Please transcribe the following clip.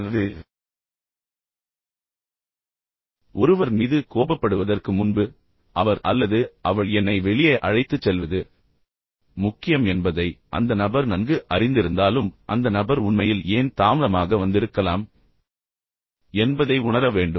எனவே ஒருவர் மீது கோபப்படுவதற்கு முன்பு அவர் அல்லது அவள் என்னை வெளியே அழைத்துச் செல்வது முக்கியம் என்பதை அந்த நபர் நன்கு அறிந்திருந்தாலும் அந்த நபர் உண்மையில் ஏன் தாமதமாக வந்திருக்கலாம் என்பதை உணர வேண்டும்